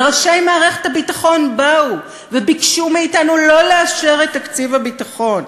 וראשי מערכת הביטחון באו וביקשו מאתנו לא לאשר את תקציב הביטחון,